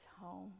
home